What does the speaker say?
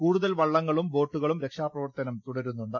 കൂടുതൽ വള്ളങ്ങളും ബോട്ടുകളും രക്ഷാപ്രവർത്തനം തുടരുന്നുണ്ട്